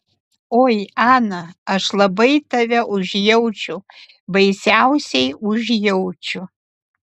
oi ana aš labai tave užjaučiu baisiausiai užjaučiu